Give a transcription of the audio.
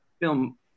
film